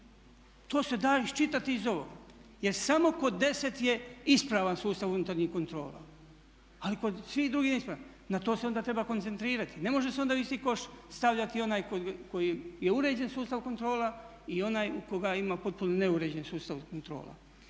To se da iščitati iz ovoga, jer samo kod 10 je ispravan sustav unutarnjih kontrola, ali kod svih drugih je neispravan. Na to se onda treba koncentrirati. Ne može se onda u isti koš stavljati onaj koji je uređen sustav kontrola i onaj u koga ima potpuno neuređeni sustav kontrola.